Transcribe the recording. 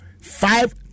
five